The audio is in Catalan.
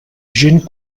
gent